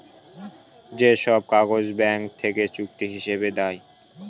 যে সব কাগজ ব্যাঙ্ক থেকে চুক্তি হিসাবে দেয়